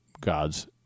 God's